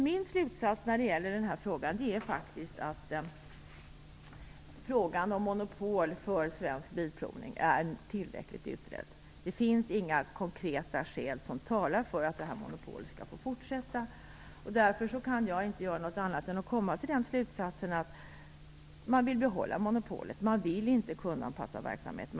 Min slutsats är faktiskt att frågan om monopol för svensk bilprovning är tillräckligt utredd. Det finns inga konkreta skäl som talar för att monopolet skall få fortsätta. Jag kan inte göra någonting annat än att komma till slutsatsen att man vill behålla monopolet. Man vill inte kundanpassa verksamheten.